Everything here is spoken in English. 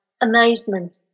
amazement